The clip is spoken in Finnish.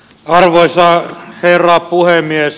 arvoisa herra puhemies